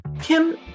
Kim